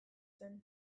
zen